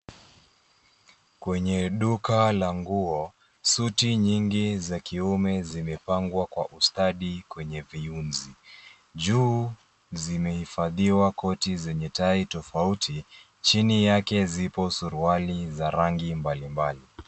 Kwenye duka la nguo, suti nyingi za kiume zimepangwa kwa ustadi kwenye viunzi. Juu, zimehifadhiwa koti zenye tai tofauti, chini yake zipo suruali za rangi mbalimbali.